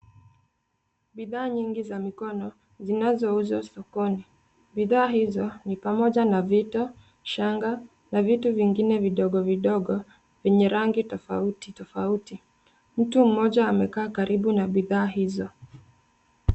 Bidhaa nyingi za mikono zinazouzwa sokoni. Bidhaa hizo ni pamoja na vito, shanga na vitu vingine vidogo vidogo yenye rangi tofauti tofauti. Mtu mmoja amekaa karibu na bidhaa hizo.